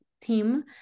team